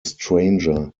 stranger